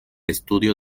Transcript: estudio